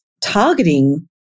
targeting